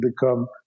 become